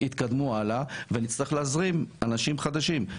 יתקדמו הלאה ונצטרך להזרים אנשים חדשים.